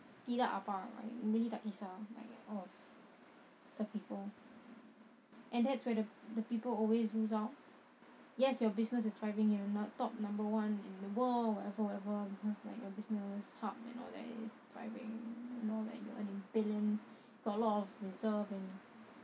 like really tak kisah like the people and that's where the the people always lose out yes your business is thriving you are in the top number one in the world whatever whatever it's like your business and all that is thriving and all that you're earning billions got a lot of reserve and